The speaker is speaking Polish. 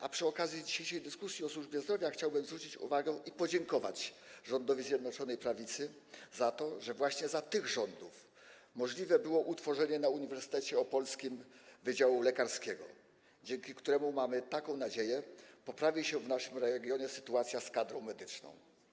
A przy okazji dzisiejszej dyskusji o służbie zdrowia chciałbym zwrócić uwagę i podziękować rządowi Zjednoczonej Prawicy za to, że właśnie za tych rządów możliwe było utworzenie na Uniwersytecie Opolskim wydziału lekarskiego, dzięki któremu - mamy taką nadzieję - poprawi się w naszym regionie sytuacja z kadrą medyczną.